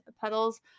petals